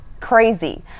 crazy